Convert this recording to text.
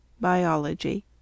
Biology